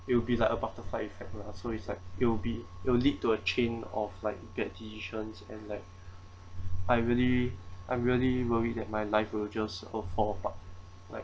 it will be like a butterfly effect lah so it's like it'll be it'll lead to a chain of like bad decisions and like I really I'm really worried that my life will just all fall apart like